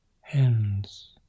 hands